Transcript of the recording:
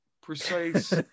precise